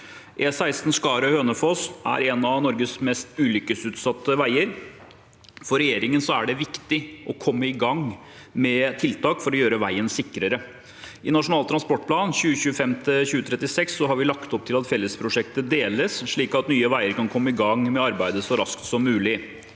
E16 Skaret–Hønefoss er en av Norges mest ulykkesutsatte veier. For regjeringen er det viktig å komme i gang med tiltak for å gjøre veien sikrere. I Nasjonal transportplan 2025–2036 har vi lagt opp til at fellesprosjektet deles, slik at Nye veier kan komme i gang med arbeidet så raskt som mulig.